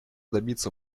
добиться